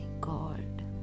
god